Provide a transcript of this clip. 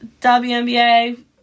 WNBA